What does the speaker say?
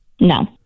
No